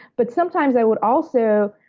but sometimes, i would also